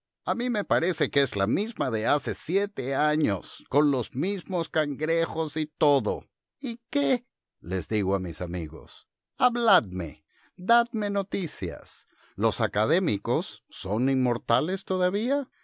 a mí me parece que es la misma de hace siete años con los mismos cangrejos y todo y qué les digo a mis amigos habladme dadme noticias los académicos son inmortales todavía